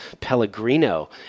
Pellegrino